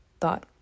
thought